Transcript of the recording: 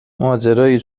ماجرای